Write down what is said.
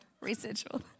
Residual